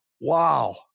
Wow